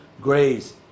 grace